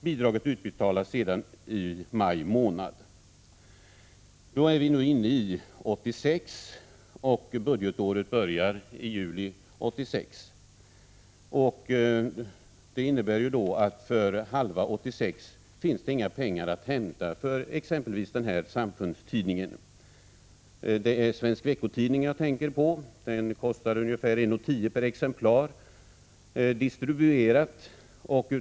Bidraget utbetalas sedan i maj månad 1986 och budgetåret börjar i juli 1986. Det innebär att det för halva 1986 inte finns några pengar att hämta för exempelvis denna samfundstidning. Det är Svensk Veckotidning jag tänker på. Exemplen kan mångfaldigas. Den kostar ungefär 1:10 per exemplar distribuerad.